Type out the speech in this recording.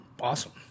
awesome